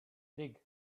dig